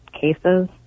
cases